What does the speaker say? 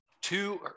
two